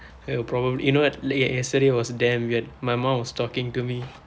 it will probably you know what le~ yesterday was damn weird my mom was talking to me